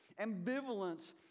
Ambivalence